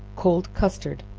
cold custard.